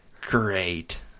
great